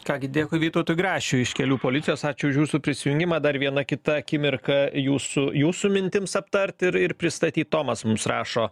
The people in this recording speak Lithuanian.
ką gi dėkui vytautui grašiui iš kelių policijos ačiū už jūsų prisijungimą dar viena kita akimirka jūsų jūsų mintims aptart ir ir pristatyt tomas mums rašo